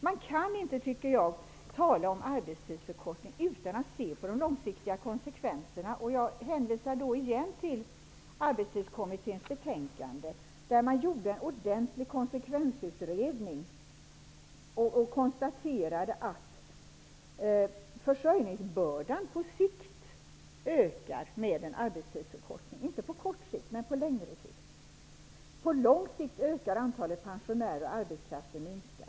Man kan inte, tycker jag, tala om arbetstidsförkortning utan att se på de långsiktiga konsekvenserna. Jag hänvisar då igen till arbetstidskommitténs betänkande, där man gjorde en ordentlig konsekvensutredning och konstaterade att försörjningsbördan på sikt ökar med en arbetstidsförkortning, inte på kort sikt men på längre sikt. På lång sikt ökar antalet pensionärer, och arbetskraften minskar.